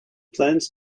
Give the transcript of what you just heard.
plans